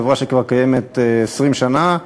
חברה שקיימת כבר 20 שנה,